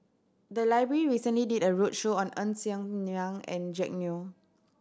the library recently did a roadshow on Ng Ser Miang and Jack Neo